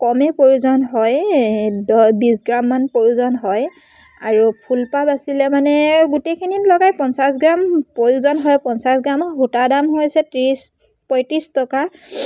কমেই প্ৰয়োজন হয় দহ বিছ গ্ৰামমান প্ৰয়োজন হয় আৰু ফুলপাহ বাছিলে মানে গোটেইখিনিত লগাই পঞ্চাছ গ্ৰাম প্ৰয়োজন হয় পঞ্চাছ গ্ৰামৰ সূতা দাম হৈছে ত্ৰিছ পঁয়ত্ৰিছ টকা